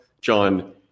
John